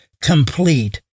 complete